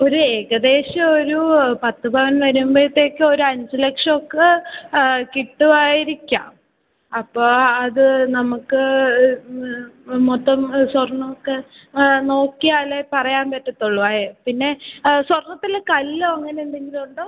ഒരു ഏകദേശം ഒരു പത്ത് പവൻ വരുമ്പോഴത്തേക്കും ഒരു അഞ്ച് ലക്ഷമൊക്കെ കിട്ടുമായിരിക്കാം അപ്പോൾ അത് നമുക്ക് മൊത്തം സ്വർണ്ണമൊക്കെ നോക്കിയാലേ പറയാൻ പറ്റുള്ളൂ അത് പിന്നെ സ്വർണ്ണത്തിൽ കല്ലോ അങ്ങനെ എന്തെങ്കിലും ഉണ്ടോ